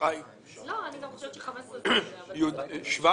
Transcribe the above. חושבת שגם 15 זה הרבה אבל בסדר.